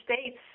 states